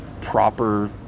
proper